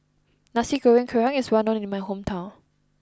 Nasi Goreng Kerang is well known in my hometown